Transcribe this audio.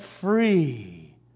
free